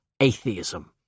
atheism